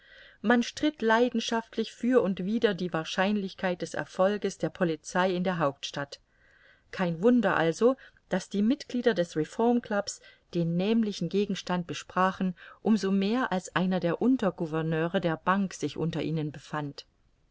man stritt leidenschaftlich für und wider die wahrscheinlichkeit des erfolges der polizei in der hauptstadt kein wunder also daß die mitglieder des reformclubs den nämlichen gegenstand besprachen um so mehr als einer der untergouverneure der bank sich unter ihnen befand